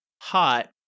hot